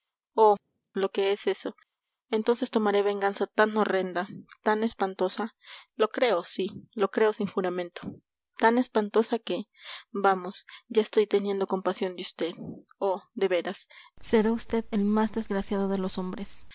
oh lo que es eso entonces tomaré venganza tan horrenda tan espantosa lo creo sí lo creo sin juramento tan espantosa que vamos ya estoy teniendo compasión de vd oh de veras será vd el más desgraciado de los hombres